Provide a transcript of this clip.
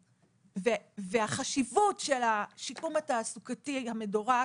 והחשיבות של השיקום התעסוקתי המדורג